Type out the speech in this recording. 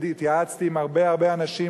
והתייעצתי עם הרבה הרבה אנשים,